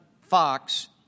Fox